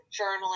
journaling